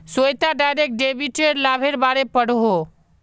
Shweta direct डेबिटेर लाभेर बारे पढ़ोहो